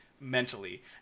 mentally